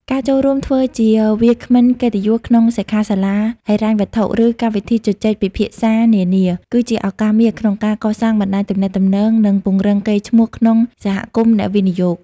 ការចូលរួមធ្វើជាវាគ្មិនកិត្តិយសក្នុងសិក្ខាសាលាហិរញ្ញវត្ថុ ឬកម្មវិធីជជែកពិភាក្សានានា គឺជាឱកាសមាសក្នុងការកសាងបណ្ដាញទំនាក់ទំនង និងពង្រឹងកេរ្តិ៍ឈ្មោះក្នុងសហគមន៍អ្នកវិនិយោគ។